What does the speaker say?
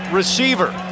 receiver